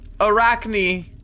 Arachne